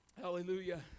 Hallelujah